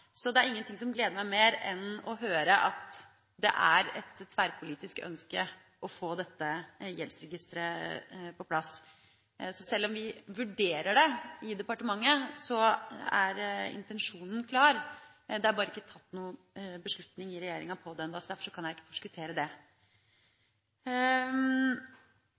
Så det er ingen ting som gleder meg mer enn å høre at det er et tverrpolitisk ønske å få dette gjeldsregisteret på plass. Så selv om vi «vurderer» det i departementet, er intensjonen klar. Det er bare ikke tatt noen beslutning i regjeringa på det ennå, så derfor kan jeg ikke forskuttere det.